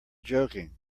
joking